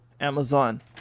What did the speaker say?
Amazon